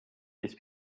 these